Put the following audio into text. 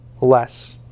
less